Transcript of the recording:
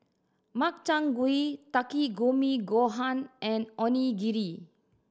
Makchang Gui Takikomi Gohan and Onigiri